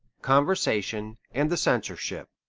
conversation, and the censorship